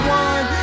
one